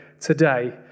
today